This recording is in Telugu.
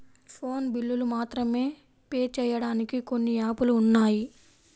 ఫోను బిల్లులు మాత్రమే పే చెయ్యడానికి కొన్ని యాపులు ఉన్నాయి